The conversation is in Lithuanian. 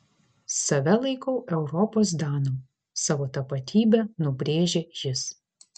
save laikau europos danu savo tapatybę nubrėžė jis